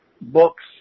books